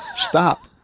stop.